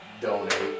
Donate